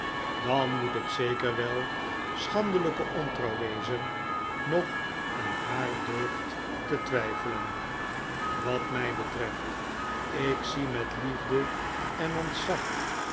dan moet het zeker wel schandelijke ontrouw wezen nog aan haar deugd te twijfelen wat mij betreft ik zie met liefde en ontzag